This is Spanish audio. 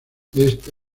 este